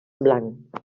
blanc